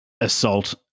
assault